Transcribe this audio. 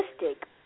realistic